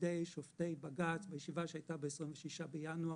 ידי שופטי בג"ץ בישיבה שהייתה ב-26.01.2022.